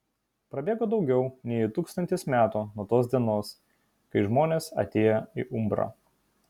prabėgo daugiau nei tūkstantis metų nuo tos dienos kai žmonės atėjo į umbrą